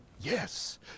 Yes